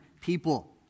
people